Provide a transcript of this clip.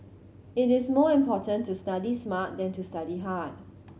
it is more important to study smart than to study hard